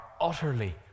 utterly